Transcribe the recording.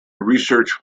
research